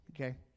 okay